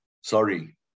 sorry